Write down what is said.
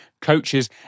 coaches